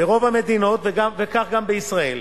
ברוב המדינות, וכך גם בישראל,